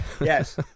yes